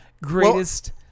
greatest